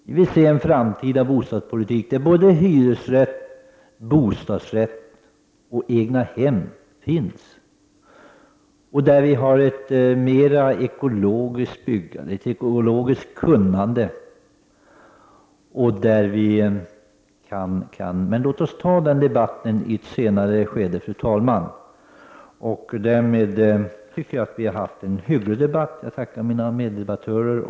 Vi vill se en framtida bostadspolitik där både hyresrätter, bostadsrätter och egna hem finns och där byggandet och kunnandet är mer ekologiskt. Men låt oss, fru talman, föra denna debatt vid ett senare tillfälle. Jag tycker att vi har haft en hygglig debatt. Jag tackar mina meddebattörer.